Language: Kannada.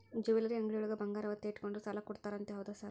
ಜ್ಯುವೆಲರಿ ಅಂಗಡಿಯೊಳಗ ಬಂಗಾರ ಒತ್ತೆ ಇಟ್ಕೊಂಡು ಸಾಲ ಕೊಡ್ತಾರಂತೆ ಹೌದಾ ಸರ್?